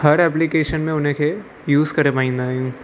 हर एप्लिकेशन में उनखे यूज़ करे पाईंदा आहियूं